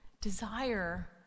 desire